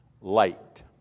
light